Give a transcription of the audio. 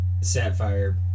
Sapphire